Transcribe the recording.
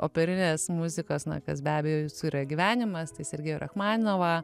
operinės muzikos na kas be abejo jūsų yra gyvenimas tai sergėjų rachmaninovą